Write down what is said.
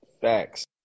Thanks